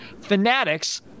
Fanatics